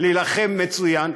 להילחם מצוין.